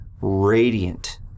radiant